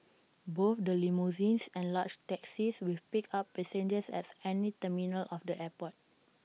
both the limousines and large taxis will pick up passengers at any terminal of the airport